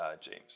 James